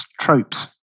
tropes